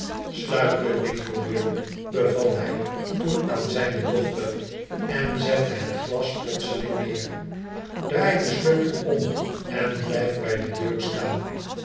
sluit de winkeldeur beval hij toen aan zijne dochter en zette het glas plotseling neer draai den sleutel om en blijf bij de deur staan